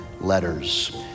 Letters